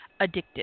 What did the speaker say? Addictive